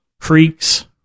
creeks